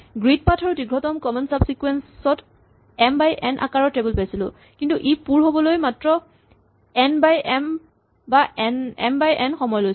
grid path আৰু দীৰ্ঘতম common subsequence ত এম বাই এন আকাৰৰ টেবল পাইছিলো কিন্তু ই পুৰ হ'বলৈ মাত্ৰ এন বাই এম বা এম বাই এন সময় লৈছিল